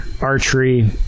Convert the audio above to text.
archery